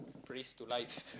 praise to life